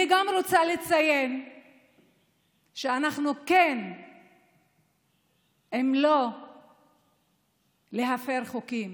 אני גם רוצה לציין שאנחנו עִם לא להפר חוקים,